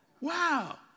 Wow